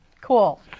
Cool